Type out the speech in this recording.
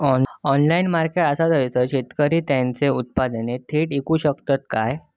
Online marketplace असा थयसर शेतकरी त्यांची उत्पादने थेट इकू शकतत काय?